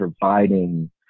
providing